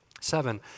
Seven